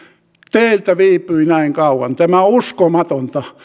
teiltä viipyi näin kauan tämä on uskomatonta